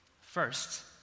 First